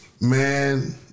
man